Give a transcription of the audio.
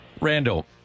Randall